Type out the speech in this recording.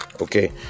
Okay